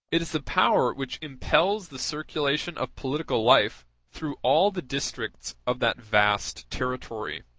it is the power which impels the circulation of political life through all the districts of that vast territory.